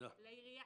לעירייה